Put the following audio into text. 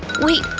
wait,